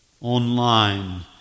online